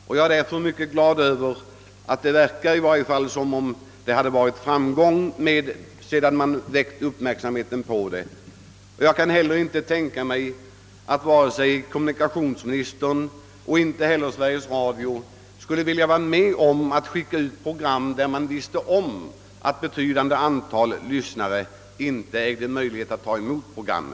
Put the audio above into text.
Det är därför mycket glädjande att det i varje fall verkar som om ett framsteg har nåtts sedan man fäst uppmärksamheten på problemet. Jag kan inte tänka mig att vare sig kommunikationsministern eller Sveriges Radio skulle vilja vara med om att skicka ut program i medvetandet om att ett betydande antal lyssnare inte har möjlighet att ta emot dem.